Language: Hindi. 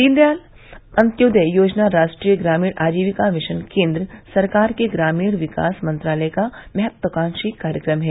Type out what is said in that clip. दीनदयाल अन्त्योदय योजना राष्ट्रीय ग्रामीण आजीविका मिशन केन्द्र सरकार के ग्रामीण विकास मंत्रालय का महत्वाकांक्षी कार्यक्रम है